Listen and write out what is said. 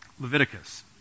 Leviticus